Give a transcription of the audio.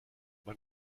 man